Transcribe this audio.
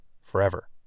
forever